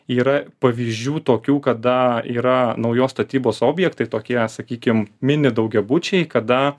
yra pavyzdžių tokių kada yra naujos statybos objektai tokie sakykim mini daugiabučiai kada